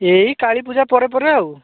ଏଇ କାଳୀପୂଜା ପରେ ପରେ ଆଉ